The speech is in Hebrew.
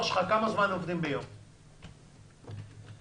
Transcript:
כמה שעות ביום עובדים חדרי הניתוח שלך?